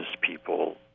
people